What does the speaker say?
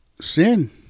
sin